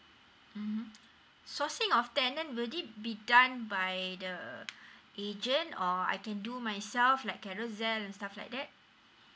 mmhmm sourcing of tenant would it be done by the agent or I can do myself like carousell and stuff like that